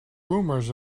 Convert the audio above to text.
rumors